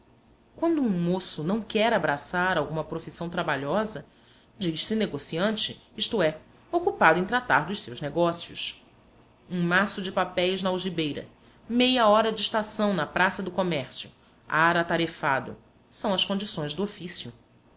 quando um moço não quer abraçar alguma profissão trabalhosa diz-se negociante isto é ocupado em tratar dos seus negócios um maço de papéis na algibeira meia hora de estação na praça do comércio ar atarefado são as condições do ofício